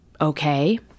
okay